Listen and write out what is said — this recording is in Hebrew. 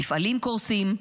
מפעלים קורסים,